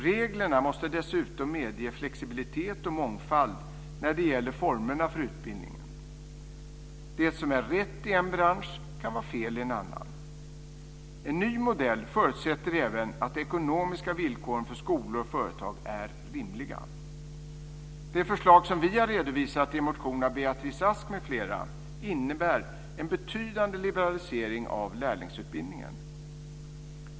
Reglerna måste dessutom medge flexibilitet och mångfald när det gäller formerna för utbildningen. Det som är rätt i en bransch kan vara fel i en annan. En ny modell förutsätter även att de ekonomiska villkoren för skolor och företag är rimliga. De förslag som vi har redovisat i en motion av Beatrice Ask m.fl. innebär en betydande liberalisering av lärlingsutbildningen.